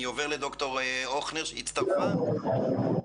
אני עובר לד"ר הוכנר, שהצטרפה אלינו.